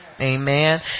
Amen